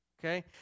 Okay